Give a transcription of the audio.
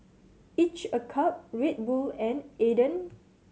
Each a Cup Red Bull and Aden